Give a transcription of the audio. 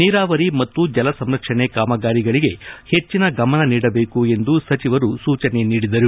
ನೀರಾವರಿ ಮತ್ತು ಜಲಸಂರಕ್ಷಣೆ ಕಾಮಗಾರಿಗಳಿಗೆ ಹೆಚ್ಚಿನ ಗಮನ ನೀಡಬೇಕು ಎಂದು ಸಚಿವರು ಸೂಚನೆ ನೀಡಿದರು